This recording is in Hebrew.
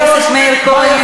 חבר הכנסת מאיר כהן,